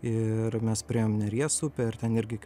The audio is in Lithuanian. ir mes priėjom neries upę ir ten irgi